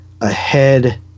ahead